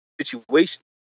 Situation